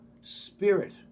spirit